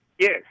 Yes